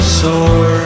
sore